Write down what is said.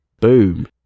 Boom